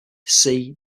followed